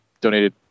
donated